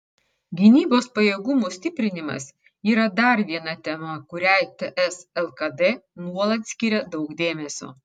gynybos pajėgumų stiprinimas yra dar viena tema kuriai ts lkd nuolat skiria daug dėmesio